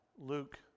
Luke